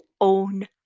own